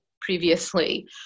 previously